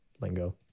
lingo